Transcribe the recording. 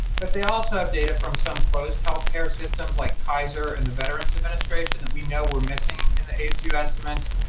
but they also have data from some closed healthcare systems, like kaiser and the veterans administration that we know we're missing in the aidsvu estimates.